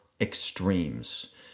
extremes